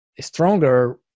stronger